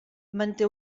manté